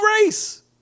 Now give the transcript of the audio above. race